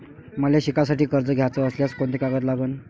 मले शिकासाठी कर्ज घ्याचं असल्यास कोंते कागद लागन?